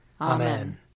Amen